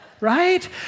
right